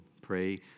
pray